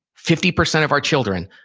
fifty percent of our children,